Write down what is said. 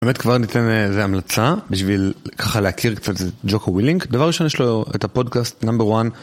באמת כבר ניתן איזה המלצה בשביל ככה להכיר קצת את ג'וקו ווילינק. דבר ראשון, יש לו את הפודקאסט number 1.